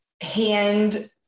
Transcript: hand